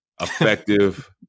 effective